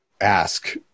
ask